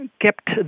kept